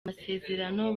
amasezerano